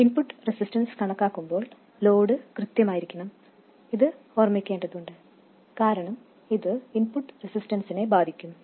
input resistance കണക്കാക്കുമ്പോൾ load കൃത്യമായിരിക്കണം എന്നത് ഓർമിക്കേണ്ടതുണ്ട് കാരണം ഇത് ഇൻപുട്ട് റെസിസ്റ്റൻസിനെ ബാധിക്കും